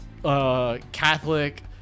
Catholic